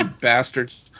bastards